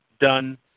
done